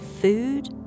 food